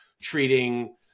treating